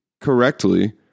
correctly